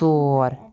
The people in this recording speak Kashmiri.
ژور